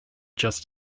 just